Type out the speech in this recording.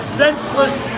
senseless